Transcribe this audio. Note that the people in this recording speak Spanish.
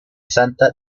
santa